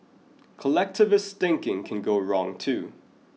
collectivist thinking can go wrong too